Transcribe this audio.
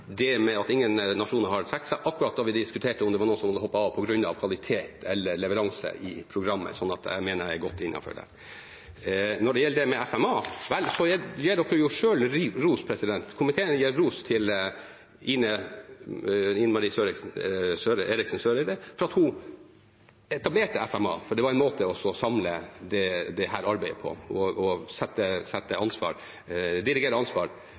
at ingen nasjoner hadde trukket seg, akkurat da vi diskuterte om det var noen som hadde hoppet av på grunn av kvalitet eller leveranse i programmet – så jeg mener jeg er godt innenfor. Når det gjelder FMA: Vel, komiteen gir selv ros til Ine Marie Eriksen Søreide for at hun etablerte FMA, for det var en måte å samle, dirigere og tydeliggjøre ansvar i dette arbeidet på. Jeg mener at vi er innenfor med den omorganiseringen som ble gjort under Eriksen Søreide. Der fikk vi rett og